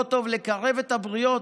לא טוב לקרב את הבריות?